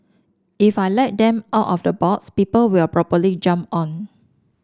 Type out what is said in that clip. if I let them out of the box people will probably jump on